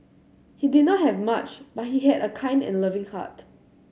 he did not have much but he had a kind and loving heart